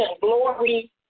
glory